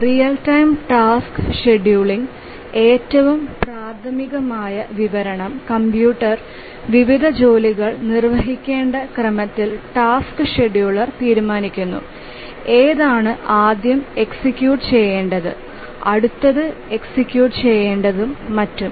real time task scheduling ഏറ്റവും പ്രാഥമികമായ വിവരണം കമ്പ്യൂട്ടർ വിവിധ ജോലികൾ നിർവ്വഹിക്കേണ്ട ക്രമത്തിൽ ടാസ്ക് ഷെഡ്യൂളർ തീരുമാനിക്കുന്നു ഏതാണ് ആദ്യം എക്സിക്യൂട്ട് ചെയ്യേണ്ടത് അടുത്തത് എക്സിക്യൂട്ട് ചെയ്യേണ്ടതും മറ്റും